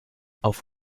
auf